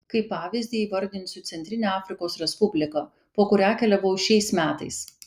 kaip pavyzdį įvardinsiu centrinę afrikos respubliką po kurią keliavau šiais metais